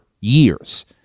years